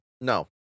no